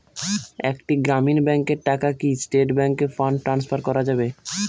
একটি গ্রামীণ ব্যাংকের টাকা কি স্টেট ব্যাংকে ফান্ড ট্রান্সফার করা যাবে?